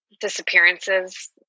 Disappearances